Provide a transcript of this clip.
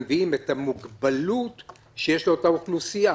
מביאים גם המוגבלוּת שיש לאותה אוכלוסייה?